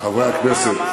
חברי הכנסת,